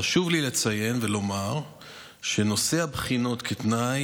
חשוב לי לציין ולומר שנושא הבחינות כתנאי